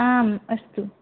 आम् अस्तु